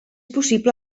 possible